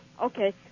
okay